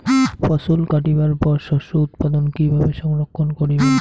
ফছল কাটিবার পর শস্য উৎপাদন কিভাবে সংরক্ষণ করিবেন?